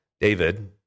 David